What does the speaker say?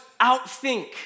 outthink